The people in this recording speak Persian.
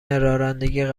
رانندگی